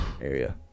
area